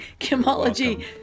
Chemology